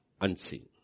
unseen